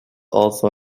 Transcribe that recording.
also